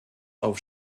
auf